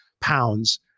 pounds